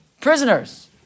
prisoners